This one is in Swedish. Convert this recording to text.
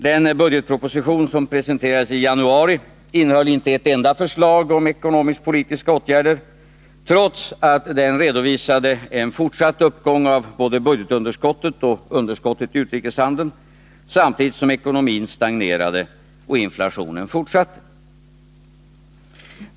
Den budgetproposition som presenteradesi januari innehöll inte ett enda förslag om ekonomisk-politiska åtgärder, trots att den redovisade en fortsatt ökning av både budgetunderskottet och underskottet i utrikeshandeln, samtidigt som ekonomin stagnerade och inflationen fortsatte.